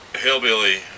Hillbilly